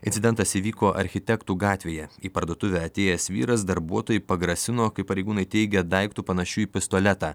incidentas įvyko architektų gatvėje į parduotuvę atėjęs vyras darbuotojai pagrasino kaip pareigūnai teigia daiktu panašiu į pistoletą